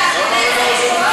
הילדים,